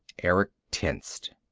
erick tensed.